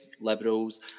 liberals